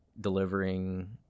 Delivering